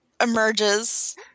emerges